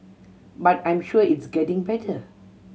but I'm sure it's getting better